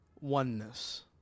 oneness